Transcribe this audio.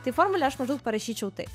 tai formulę aš maždaug parašyčiau taip